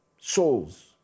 souls